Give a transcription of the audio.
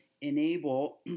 enable